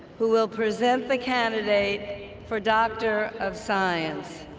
who will present the candidate for doctor of science.